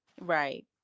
right